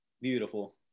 Beautiful